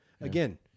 Again